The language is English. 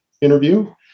interview